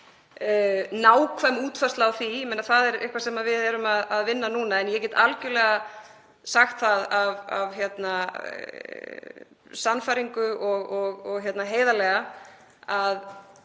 Nákvæm útfærsla á því er eitthvað sem við erum að vinna núna. En ég get algjörlega sagt það af sannfæringu og heiðarlega að